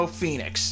Phoenix